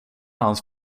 hans